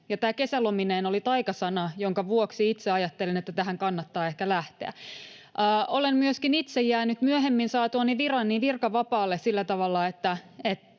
tämä ”kesälomineen” oli taikasana, jonka vuoksi itse ajattelin, että tähän kannattaa ehkä lähteä. Olen myöskin itse jäänyt myöhemmin saatuani viran virkavapaalle sillä tavalla,